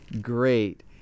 great